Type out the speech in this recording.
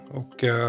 och